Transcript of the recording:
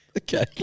Okay